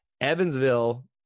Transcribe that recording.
Evansville